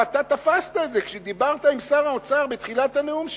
ואתה תפסת את זה כשדיברת עם שר האוצר בתחילת הנאום שלו,